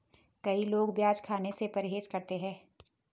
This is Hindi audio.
कई लोग प्याज खाने से परहेज करते है